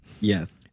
yes